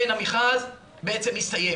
כן, המכרז, בעצם הסתיים.